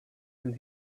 and